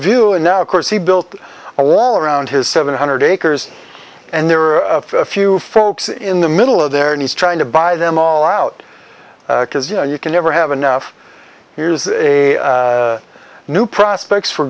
view and now of course he built a wall around his seven hundred acres and there are a few folks in the middle of there and he's trying to buy them all out because you know you can never have enough here's a new prospects for